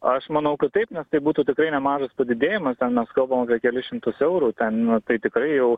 aš manau kad taip nes tai būtų tikrai nemažas padidėjimas ten mes kalbam apie kelis šimtus eurų ten nu tai tikrai jau